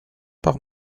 par